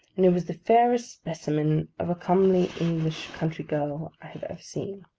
and who was the fairest specimen of a comely english country girl i have ever seen.